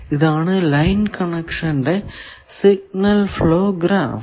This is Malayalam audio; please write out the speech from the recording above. ഇതാണ് ലൈൻ കണക്ഷന്റെ സിഗ്നൽ ഫ്ലോ ഗ്രാഫ്